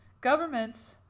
governments